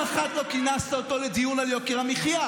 פעם אחת לא כינסת אותו לדיון על יוקר המחיה,